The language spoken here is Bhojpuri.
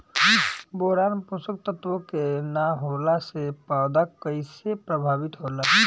बोरान पोषक तत्व के न होला से पौधा कईसे प्रभावित होला?